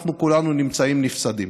אנחנו כולנו נמצאים נפסדים.